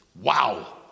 Wow